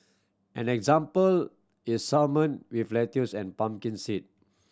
an example is salmon with lettuce and pumpkin seed